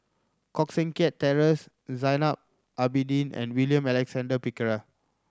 Koh Seng Kiat Terence Zainal Abidin and William Alexander Pickering